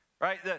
Right